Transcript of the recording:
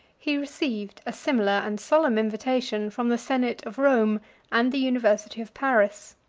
he received a similar and solemn invitation from the senate of rome and the university of paris.